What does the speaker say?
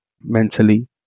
mentally